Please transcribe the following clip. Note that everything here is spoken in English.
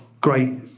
great